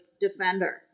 defender